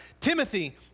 Timothy